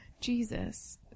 Jesus